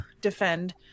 defend